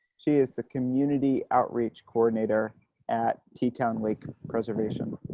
she is the community outreach coordinator at teatown lake reservation.